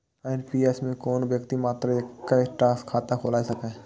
NPS मे कोनो व्यक्ति मात्र एक्के टा खाता खोलाए सकैए